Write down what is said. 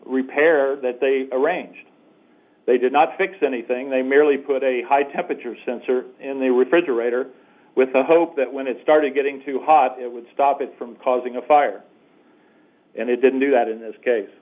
repair that they arranged they did not fix anything they merely put a high temperature sensor and they were frederator with the hope that when it started getting too hot it would stop it from causing a fire and it didn't do that in this case